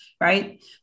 right